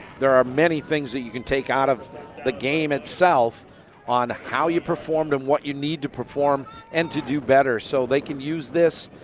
there are many things you can take out of the game itself on how you performed and what you need to perform and to do better. so they can use this,